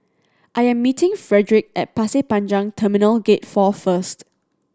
I am meeting Fredrick at Pasir Panjang Terminal Gate Four first